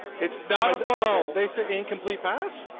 it's doubtful. they say incomplete pass.